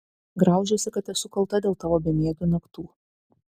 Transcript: graužiuosi kad esu kalta dėl tavo bemiegių naktų